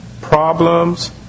problems